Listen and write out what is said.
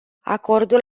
acordul